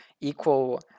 equal